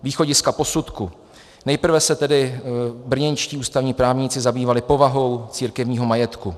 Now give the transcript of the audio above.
Východiska posudku nejprve se tedy brněnští ústavní právníci zabývali povahou církevního majetku.